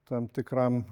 tam tikram